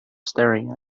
staring